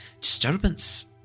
disturbance